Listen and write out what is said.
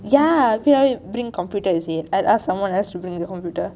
ya P_W bring computer is it I will ask someone else to bring the computer